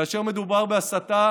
כאשר מדובר בהסתה,